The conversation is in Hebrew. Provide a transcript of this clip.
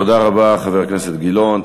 תודה רבה, חבר הכנסת גילאון.